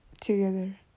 together